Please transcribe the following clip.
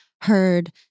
heard